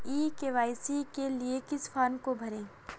ई KYC के लिए किस फ्रॉम को भरें?